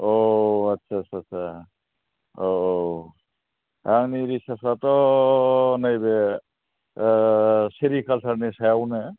अ आच्चा आच्चा आच्चा औ औ आंनि रिचार्साथ' नैबे ओ सेरिकालचारनि सायाव नो